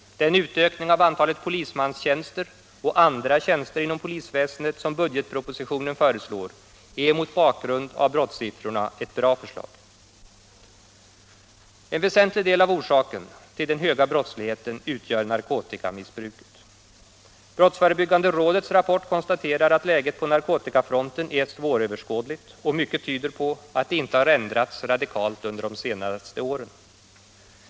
Den utökning av antalet polismanstjänster och andra tjänster inom polisväsendet som budgetpropositionen föreslår är mot bakgrund av brottssiffrorna ett bra förslag. En väsentlig del av orsakerna till den höga brottsligheten utgör narkotikamissbruket. Brottsförebyggande rådets rapport konstaterar att läget på narkotikafronten är svåröverskådligt och mycket tyder på att det inte har ändrats radikalt under de senaste åren.